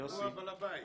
הוא בעל הבית.